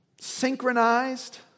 synchronized